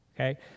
Okay